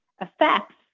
affects